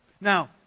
Now